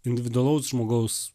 individualaus žmogaus